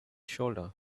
shoulder